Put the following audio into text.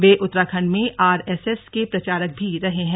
वे उत्तराखंड में आरएसएस के प्रचारक भी रहे हैं